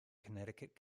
connecticut